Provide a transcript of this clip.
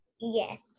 Yes